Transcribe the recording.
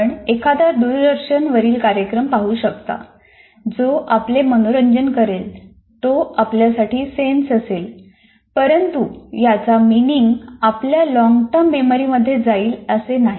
आपण एखादा दूरदर्शन वरील कार्यक्रम पाहू शकता जो आपले मनोरंजन करेल तो आपल्यासाठी सेन्स असेल परंतु याचा मिनिंग आपल्या लॉन्गटर्म मेमरीमध्ये जाईल असे नाही